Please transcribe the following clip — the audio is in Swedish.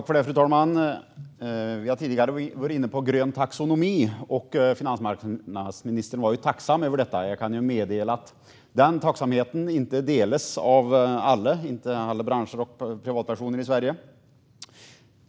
Fru talman! Vi har tidigare varit inne på grön taxonomi. Finansmarknadsministern var tacksam över detta. Jag kan meddela att den tacksamheten inte delas av alla branscher och privatpersoner i Sverige.